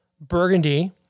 Burgundy